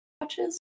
watches